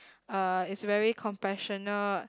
uh is very compassionate